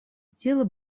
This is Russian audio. дело